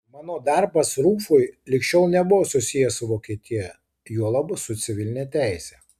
mano darbas rufui lig šiol nebuvo susijęs su vokietija juolab su civiline teise